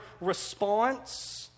response